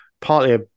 partly